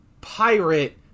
pirate